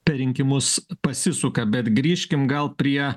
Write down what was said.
per rinkimus pasisuka bet grįžkim gal prie